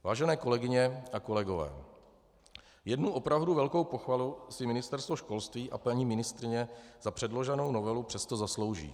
Vážené kolegyně a kolegové, jednu opravdu velkou pochvalu si Ministerstvo školství a paní ministryně za předloženou novelu přesto zaslouží.